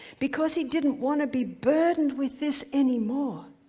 because he didn't want to be burdened with this anymore